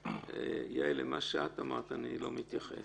למה שאת אמרת, אני לא מתייחס.